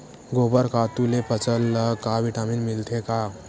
गोबर खातु ले फसल ल का विटामिन मिलथे का?